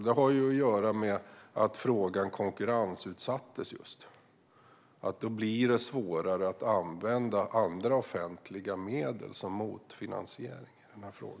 Det har att göra med att frågan konkurrensutsattes. Då blir det svårare att använda andra offentliga medel som motfinansiering.